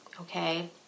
okay